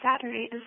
Saturday